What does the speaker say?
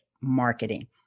marketing